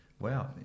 Wow